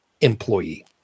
employee